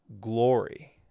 glory